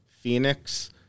Phoenix